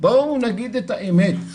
בואו נגיד את האמת.